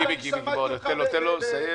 מיקי, מיקי, תן לו לסיים.